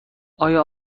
آیا